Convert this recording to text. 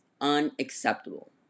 unacceptable